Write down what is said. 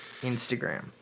Instagram